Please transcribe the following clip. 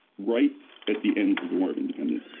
right at the end of the war of independence,